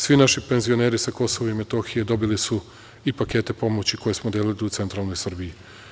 Svi naši penzioneri sa Kosova i Metohije dobili su i pakete pomoći koje smo delili u centralnoj Srbiji.